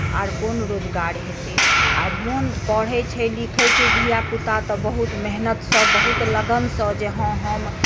आओर कोन रोजगार हेतै आओर कोन पढ़ैत छै लिखैत छै धिया पुता तऽ बहुत मेहनतिसँ बहुत लगनसँ जे हँ हम